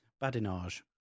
Badinage